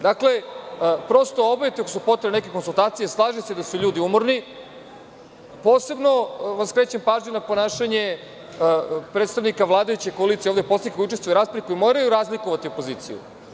Dakle, prosto obavite, ako su potrebne neke konsultacije, slažem se da su ljudi umorni, posebno vam skrećem pažnju na ponašanje predstavnika vladajuće koalicije koji učestvuju ovde u raspravi, koji moraju razlikovati opoziciju.